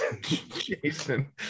Jason